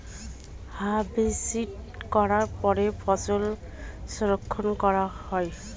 harvesting করার পরে ফসল সংরক্ষণ করা হয়